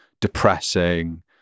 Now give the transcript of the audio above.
depressing